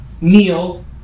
meal